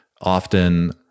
often